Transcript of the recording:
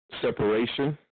separation